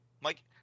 Mike